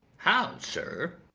how, sir!